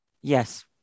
yes